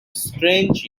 strange